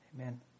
Amen